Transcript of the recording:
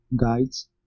guides